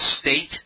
state